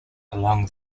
along